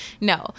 No